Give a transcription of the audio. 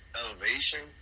elevation